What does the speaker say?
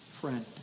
friend